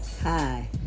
Hi